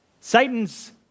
Satan's